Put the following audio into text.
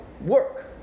work